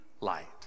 light